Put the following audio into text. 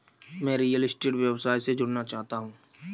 मैं real estate व्यवसाय से जुड़ना चाहता हूँ